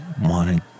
wanted